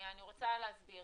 אני רוצה להסביר,